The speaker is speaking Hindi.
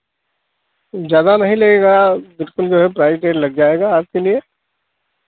ज़्यादा नहीं लगेगा बिल्कुल जो है प्राइस रेट लग जाएगा आपके लिए